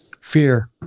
Fear